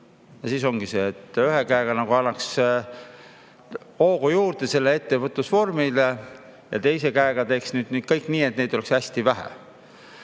Ja siis ongi nii, et ühe käega nagu anname hoogu juurde sellele ettevõtlusvormile ja teise käega teeme kõik, et neid oleks hästi vähe.